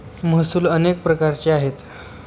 महसूल अनेक प्रकारचे आहेत